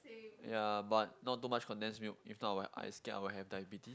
ya but not too much condensed milk if not I'll I scared I'll have diabetes